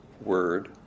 word